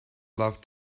love